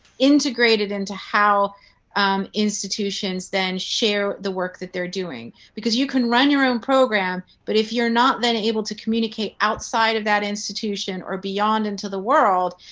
integrated into how institutions then share the work that they are doing. because you can run your own program. but if you're not able to communicate outside of that institution or beyond into the world,